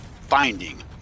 finding